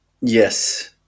Yes